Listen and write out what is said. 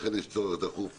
לכן יש צורך דחוף,